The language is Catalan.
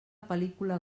pel·lícula